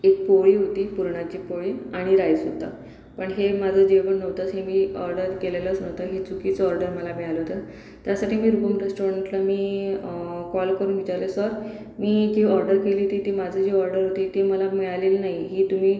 एक पोळी होती पुरणाची पोळी आणि राईस होता पण हे माझं जेवण नव्हतंच हे मी ऑर्डर केलेलंच नव्हतं हे चुकीचं ऑर्डर मला मिळालं होतं त्यासाठी मी रूपम रेस्टॉरंटला मी कॉल करून विचारलं सर मी ती ऑर्डर केली होती ती माझं जी ऑर्डर होती ती मला मिळालेली नाही ही तुम्ही